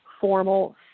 formal